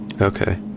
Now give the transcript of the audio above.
Okay